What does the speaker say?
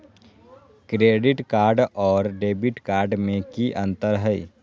Credit card और debit card में की अंतर हई?